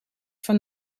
from